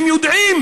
ויודעים